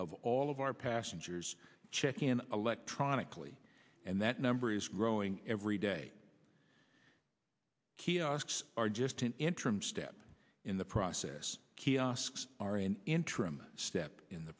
of all of our passengers checking in electronically and that number is growing every day kiosks are just an interim step in the process kiosks are an interim step in the